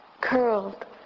curled